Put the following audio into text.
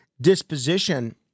disposition